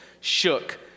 shook